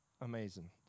amazing